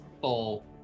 full